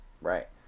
Right